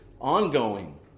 ongoing